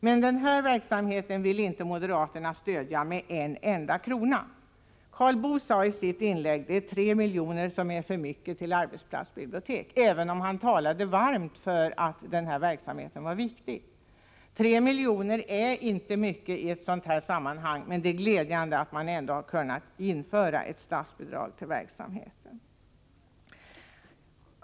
Men den här verksamheten vill inte moderaterna stödja med en enda krona. Och Karl Boo sade i sitt inlägg att det är 3 miljoner för mycket till arbetsplatsbiblioteken — även om han talade varmt för verksamheten och sade att den är viktig. 3 miljoner är inte mycket i ett sådant här sammanhang, men det är glädjande att man ändå har kunnat införa ett bidrag till verksamheten.